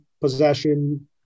possession